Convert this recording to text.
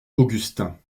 augustin